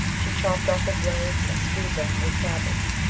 she chopped off his legs and stewed them with cabbage.